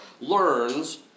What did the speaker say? learns